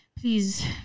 Please